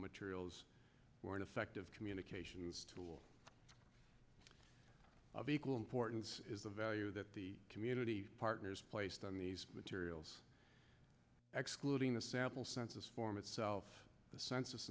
materials for an effective communication tool of equal importance is a value that the community partners placed on the materials excluding the sample census form itself the census